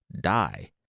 die